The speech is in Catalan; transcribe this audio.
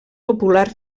popular